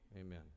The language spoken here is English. Amen